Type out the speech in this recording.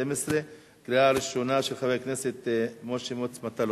התשע"ב 2012, של חבר הכנסת משה מוץ מטלון,